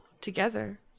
together